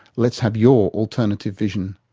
let's have your alternative vision.